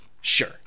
Sure